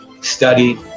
study